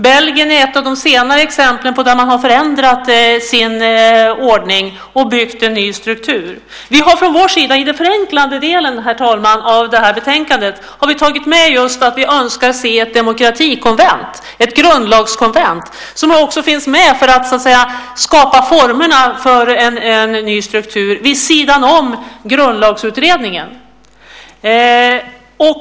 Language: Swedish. Belgien är ett av de senare exempel där man har förändrat sin ordning och byggt en ny struktur. Vi har från vår sida i den förenklande delen, herr talman, av det här betänkandet tagit med att vi önskar se ett demokratikonvent, ett grundlagskonvent, för att skapa formerna för en ny struktur vid sidan om Grundlagsutredningen.